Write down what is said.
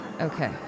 Okay